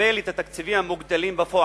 לקבל את התקציבים המוגדלים בפועל.